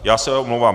Já se omlouvám.